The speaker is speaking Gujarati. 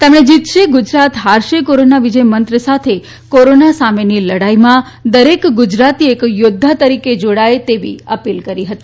તેમણે જીતશે ગુજરાત હારશે કોરોના વિજય મંત્ર સાથે કોરોના સામેની લડાઈમાં દરેક ગુજરાતી એક યોદ્ધા તરીકે જોડાય તેવી અપીલ કરી હતી